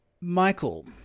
Michael